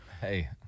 Hey